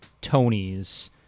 Tony's